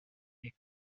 est